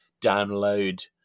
download